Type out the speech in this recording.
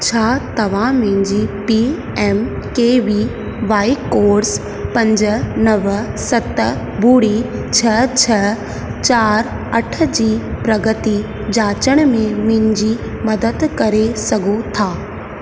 छा तव्हां मुंहिंजी P M K V Y course पंज नव सत ॿुड़ी छह छ्ह चार अठ जी प्रगति जाचण में मुंहिंजी मदद करे सघो था